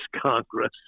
Congress